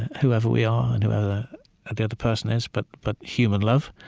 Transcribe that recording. whoever we are and whoever the other person is. but but human love